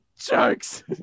jokes